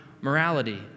morality